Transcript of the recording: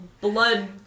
blood